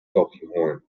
tulkinghorn